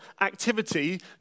activity